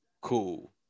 cool